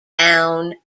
down